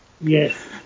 Yes